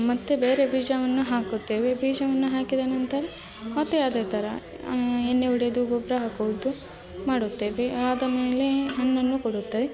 ಮತ್ತು ಬೇರೆ ಬೀಜವನ್ನು ಹಾಕುತ್ತೇವೆ ಬೀಜವನ್ನು ಹಾಕಿದ ನಂತರ ಮತ್ತೆ ಅದೇ ಥರ ಎಣ್ಣೆ ಹೊಡೆದು ಗೊಬ್ಬರ ಹಾಕುವುದು ಮಾಡುತ್ತೇವೆ ಆದ ಮೇಲೆ ಹಣ್ಣನ್ನು ಕೊಡುತ್ತದೆ